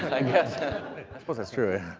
i guess, i suppose that's true,